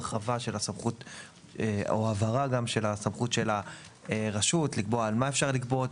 זו הרחבה או הבהרה של סמכות הרשות לקבוע על מה אפשר לגבות,